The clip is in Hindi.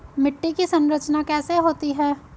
मिट्टी की संरचना कैसे होती है?